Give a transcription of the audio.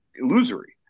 illusory